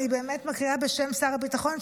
אני מקריאה בשם שר הביטחון,